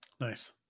Nice